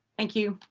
thank you.